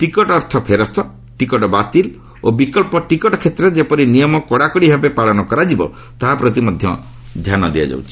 ticket ଅର୍ଥ ଫେରସ୍ତ ticket ବାତିଲ ଓ ବିକଳ୍ପ ଟିକଟ କ୍ଷେତ୍ରରେ ଯେପରି ନିୟମ କଡାକଡି ଭାବେ ପାଳନ କରାଯିବ ତାହା ପ୍ରତି ଧ୍ୟାନ ଦିଆଯାଉଛି